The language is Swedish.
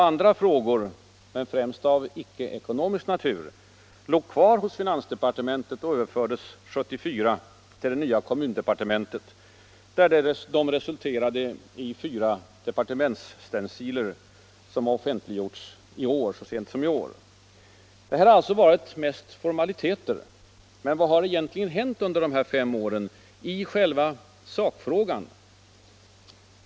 Andra frågor — men främst av icke-ekonomisk natur — låg kvar hos finansdepartementet och överfördes 1974 till det nya kommundepartementet, där de resulterade i fyra departementsstenciler, som offentliggjorts så sent som i år. Det här har alltså varit mest formaliteter. Men vad har egentligen hänt under de här fem åren - i själva sakfrågan?